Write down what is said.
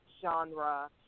genre